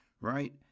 right